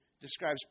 describes